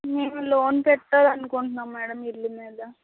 మేము లోన్ పెట్టాలి అనుకుంటున్నాం మేడం ఇల్లు మీద